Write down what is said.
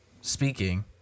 speaking